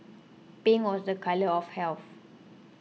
pink was a colour of health